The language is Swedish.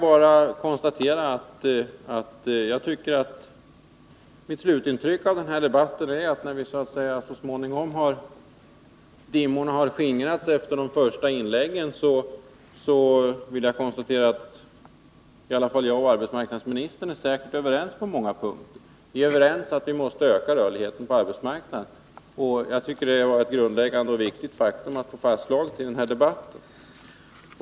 Mitt slutintryck av denna debatt — när dimmorna så småningom skingrades efter de första inläggen — är att i varje fall arbetsmarknadsministern och jag är överens på många punkter. Vi är bl.a. ense om att vi måste öka rörligheten på arbetsmarknaden. Det var ett viktigt faktum att få fastslaget i denna debatt.